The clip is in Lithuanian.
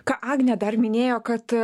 ką agnė dar minėjo kad